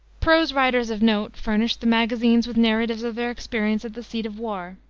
prose writers of note furnished the magazines with narratives of their experience at the seat of war,